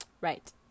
Right